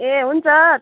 ए हुन्छ